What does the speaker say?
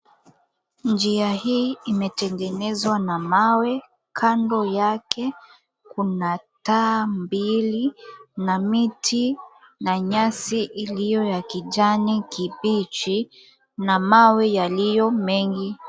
Njia hii imetengenezwa na mawe. Kando yake kuna taa mbili na miti na nyasi iliyo ya kijani kibichi na mawe yaliyo mengi.